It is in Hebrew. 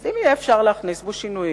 אז אם יהיה אפשר ממילא להכניס בו שינויים,